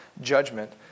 judgment